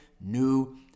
new